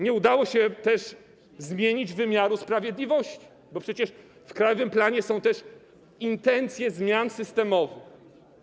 Nie udało się też zmienić wymiaru sprawiedliwości, bo przecież w krajowym planie są też intencje zmian systemowych.